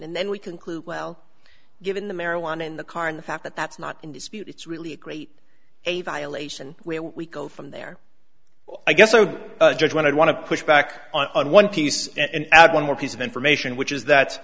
and then we conclude well given the marijuana in the car and the fact that that's not in dispute it's really a great a violation where we go from there i guess a judge when i want to push back on one piece and add one more piece of information which is that